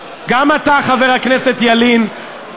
חבר הכנסת ילין,